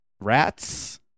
rats